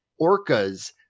orcas